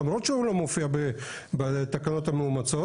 למרות שהוא לא מופיע בתקנות המאומצות.